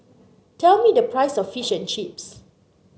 tell me the price of Fish and Chips